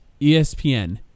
ESPN